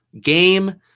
game